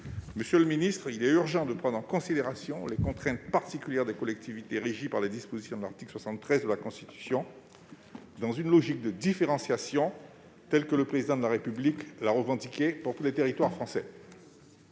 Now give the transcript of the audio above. Monsieur le secrétaire d'État, il est urgent de prendre en considération les contraintes particulières des collectivités régies par les dispositions de l'article 73 de la Constitution dans une logique de différenciation, telle que le Président de la République l'a revendiquée pour les territoires français.